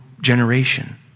Generation